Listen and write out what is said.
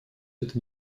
это